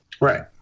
Right